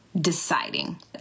deciding